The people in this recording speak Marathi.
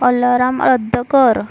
अलाराम रद्द कर